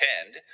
attend